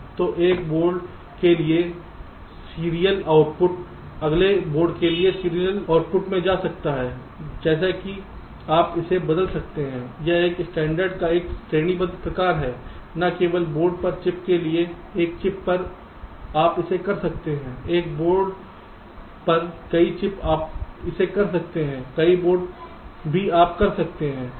तो एक बोर्ड के लिए सीरियल आउटपुट अगले बोर्ड के सीरियल आउटपुट में जा सकता है जैसे कि आप इसे बदल सकते हैं यह एक स्टैण्डर्ड का एक श्रेणीबद्ध प्रकार है न केवल बोर्ड पर चिप्स के लिए एक चिप पर आप इसे कर सकते हैं एक बोर्ड पर कई चिप्स आप इसे कर सकते हैं कई बोर्ड भी आप कर सकते हैं